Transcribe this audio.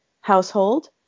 household